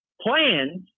plans